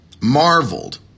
marveled